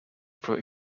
through